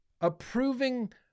approving